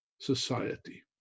society